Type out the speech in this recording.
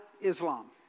Islam